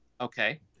Okay